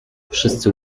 wszyscy